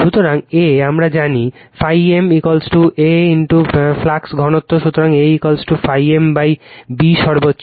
সুতরাং A আমরা জানি ∅ m A ফ্লাক্স ঘনত্ব সুতরাং A ∅ mB সর্বোচ্চ